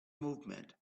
movement